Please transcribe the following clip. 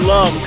Love